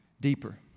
deeper